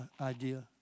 idea